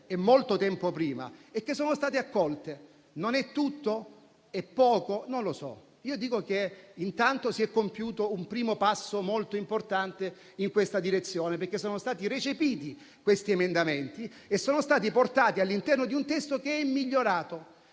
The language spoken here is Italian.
e molto tempo prima e che ora sono state accolte. Non è tutto? È poco? Non lo so. Io dico che intanto si è compiuto un primo passo molto importante in questa direzione, perché sono stati recepiti questi emendamenti e sono stati portati all'interno di un testo che è migliorato